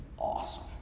awesome